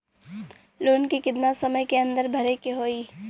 Loan के कितना समय के अंदर भरे के होई?